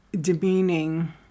demeaning